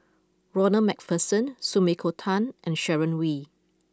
Ronald MacPherson Sumiko Tan and Sharon Wee